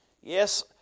yes